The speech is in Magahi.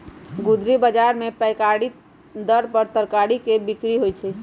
गुदरी बजार में पैकारी दर पर तरकारी के बिक्रि होइ छइ